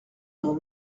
mon